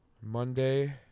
Monday